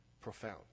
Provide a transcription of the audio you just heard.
Profound